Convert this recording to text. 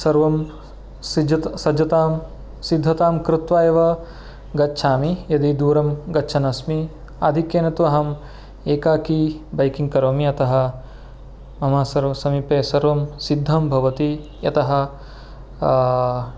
सर्वं सिज्जत् सज्जतां सिद्धतां कृत्वा एव गच्छामि यदि दूरं गच्छन् अस्मि आधिक्येन तु अहम् एकाकी बैकिङ्ग् करोमि अतः मम सर्व समीपे सर्वं सिद्धं भवति यतः